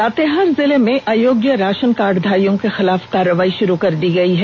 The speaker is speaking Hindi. लातेहार जिले में अयोग्य राषन कार्डधारियों के खिलाफ कार्रवाई षुरू कर दी गई है